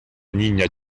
niña